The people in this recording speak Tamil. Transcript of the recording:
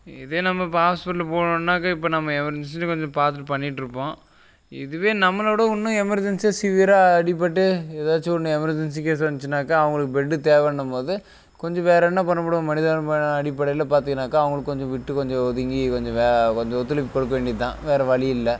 இதே நம்ம இப்போ ஹாஸ்பிட்டல் போனோனாக்கால் இப்போ நம்ம எமர்ஜென்சின்னு கொஞ்சம் பார்த்துட்டு பண்ணிகிட்டு இருப்போம் இதுவே நம்மளோட இன்னும் எமர்ஜென்ஸியாக சிவியராக அடிபட்டு ஏதாச்சும் ஒன்று எமர்ஜென்ஸி கேஸ் வந்துச்சுனாக்கால் அவங்களுக்கு பெட்டு தேவைன்னும்போது கொஞ்சம் வேறு என்ன பண்ணமுடியும் மனிதாபிமான அடிப்படையில் பார்த்திங்கனாக்கா அவங்களுக்கு கொஞ்சம் விட்டு கொஞ்சம் ஒதுங்கி கொஞ்சம் வே கொஞ்சம் ஒத்துழைப்பு கொடுக்க வேண்டியதுதான் வேறு வழியில்ல